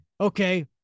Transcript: Okay